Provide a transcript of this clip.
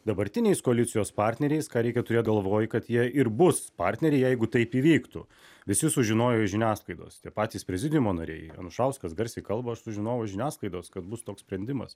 dabartiniais koalicijos partneriais ką reikia turėt galvoj kad jie ir bus partneriai jeigu taip įvyktų visi sužinojo iš žiniasklaidos tie patys prezidiumo nariai anušauskas garsiai kalba su žinovu žiniasklaidos kad bus toks sprendimas